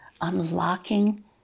unlocking